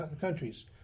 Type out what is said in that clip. countries